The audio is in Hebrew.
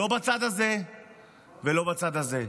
לא בצד הזה ולא בצד הזה.